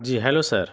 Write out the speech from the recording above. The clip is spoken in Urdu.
جی ہیلو سر